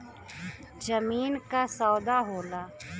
जमीन क सौदा होला